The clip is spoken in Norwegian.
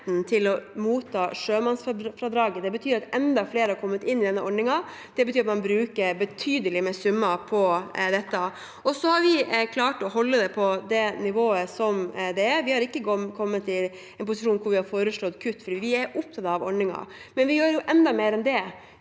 til å motta sjømannsfradraget. Det betyr at enda flere har kommet inn i denne ordningen, og det betyr at man bruker betydelige summer på det. Og vi har klart å holde det på det nivået som det er. Vi har ikke kommet i en posisjon hvor vi har foreslått kutt, for vi er opptatt av ordningen. Og vi gjør enda mer enn det,